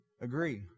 agree